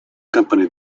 company